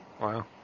Wow